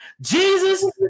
Jesus